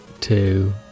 two